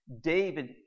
David